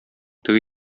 теге